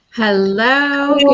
Hello